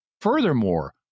Furthermore